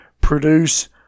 produce